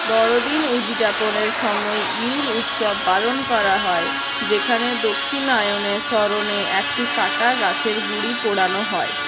বড়দিন উদযাপনের সময় ইউল উৎসব পালন করা হয় যেখানে দক্ষিণায়ণের স্মরণে একটি কাটা গাছের গুঁড়ি পোড়ানো হয়